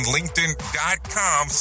LinkedIn.com